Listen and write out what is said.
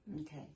Okay